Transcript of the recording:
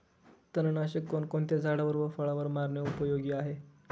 तणनाशक कोणकोणत्या झाडावर व फळावर मारणे उपयोगी आहे?